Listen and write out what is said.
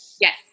Yes